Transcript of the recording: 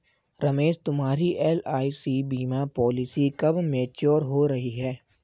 रमेश तुम्हारी एल.आई.सी बीमा पॉलिसी कब मैच्योर हो रही है?